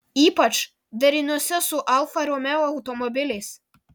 ypač deriniuose su alfa romeo automobiliais